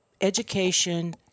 education